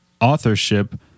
authorship